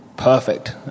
perfect